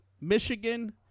Michigan